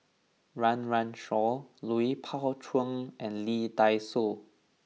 Run Run Shaw Lui Pao Chuen and Lee Dai Soh